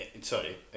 Sorry